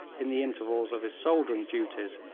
in the intervals of his soldiering duties,